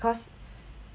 cause